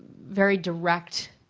very direct